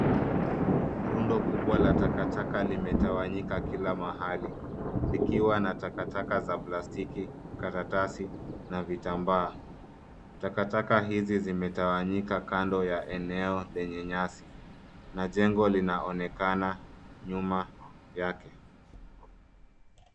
Rundo kubwa la takataka limetawanyika kila mahali likiwa na takataka za plastiki, karatasi na vitambaa. Takataka hizi zimetawanyika kando ya eneo lenye nyasi na jengo linaonekana nyuma yake.